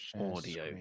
audio